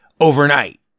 overnight